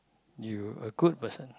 you a good person